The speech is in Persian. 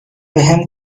بهم